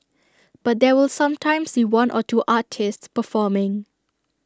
but there will sometimes be one or two artists performing